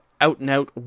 out-and-out